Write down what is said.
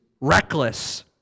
reckless